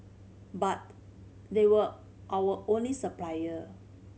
but they were our only supplier